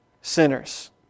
sinners